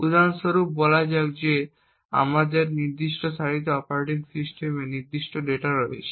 উদাহরণ স্বরূপ বলা যাক যে আমাদের এই নির্দিষ্ট সারিতে অপারেটিং সিস্টেমের নির্দিষ্ট ডেটা রয়েছে